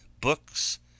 Books